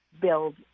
build